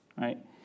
right